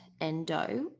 endo